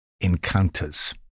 Encounters